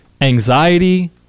anxiety